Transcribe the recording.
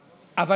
מסכים,